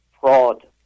fraud